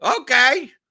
Okay